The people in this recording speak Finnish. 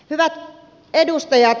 hyvät edustajat